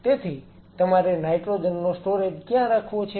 તેથી તમારે નાઈટ્રોજન નો સ્ટોરેજ ક્યાં રાખવો છે